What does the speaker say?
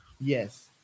Yes